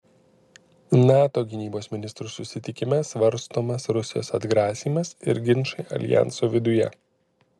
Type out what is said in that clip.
nato gynybos ministrų susitikime svarstomas rusijos atgrasymas ir ginčai aljanso viduje